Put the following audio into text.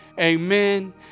Amen